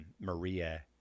Maria